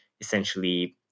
essentially